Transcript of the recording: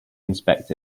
inspect